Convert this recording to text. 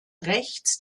rechts